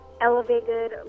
elevated